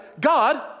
God